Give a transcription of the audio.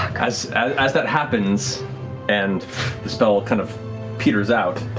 as as that happens and the spell kind of peters out,